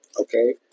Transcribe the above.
Okay